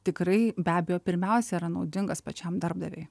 tikrai be abejo pirmiausia yra naudingas pačiam darbdaviui